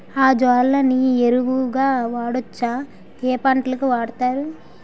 Azolla ని ఎరువు గా వాడొచ్చా? ఏ పంటలకు వాడతారు?